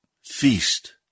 feast